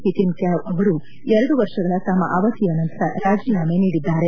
Htin Kyaw ಅವರು ಎರಡು ವರ್ಷಗಳ ತಮ್ಮ ಅವಧಿಯ ನಂತರ ರಾಜೀನಾಮೆ ನೀಡಿದ್ದಾರೆ